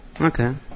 Okay